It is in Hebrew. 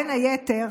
בין היתר,